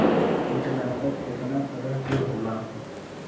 कीटनाशक केतना तरह के होला?